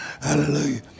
Hallelujah